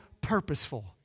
purposeful